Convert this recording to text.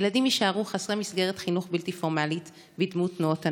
ילדים יישארו חסרי מסגרת חינוך בלתי פורמלית בדמות תנועות הנוער,